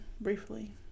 briefly